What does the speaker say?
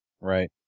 Right